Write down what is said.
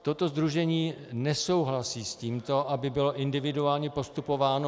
Toto sdružení nesouhlasí s tím, aby bylo individuálně postupováno.